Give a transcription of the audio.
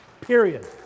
period